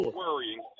worrying